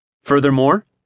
Furthermore